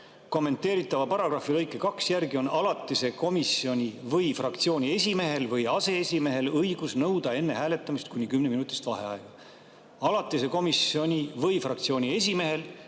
"Kommenteeritava paragrahvi lõike 2 järgi on alatise komisjoni või fraktsiooni esimehel või aseesimehel õigus nõuda enne hääletamist kuni kümneminutist vaheaega." Alatise komisjoni või fraktsiooni esimehel